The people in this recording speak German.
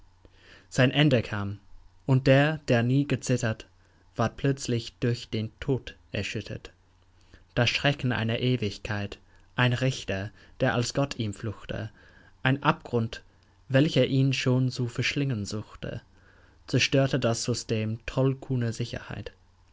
sein ende kam und der der nie gezittert ward plötzlich durch den tod erschüttert das schrecken einer ewigkeit ein richter der als gott ihm fluchte ein abgrund welcher ihn schon zu verschlingen suchte zerstörte das system tollkühner sicherheit